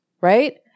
right